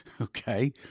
Okay